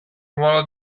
ruolo